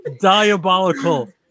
Diabolical